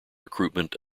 recruitment